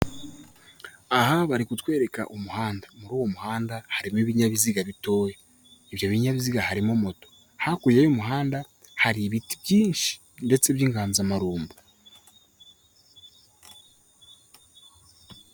Aha bari kutwereka umuhanda, muri uwo muhanda harimo ibinyabiziga bitoya. Ibyo binyabiziga harimo moto, hakurya y'umuhanda hari ibiti byinshi ndetse by'inganzamarumbo.